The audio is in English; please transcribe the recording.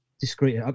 discreet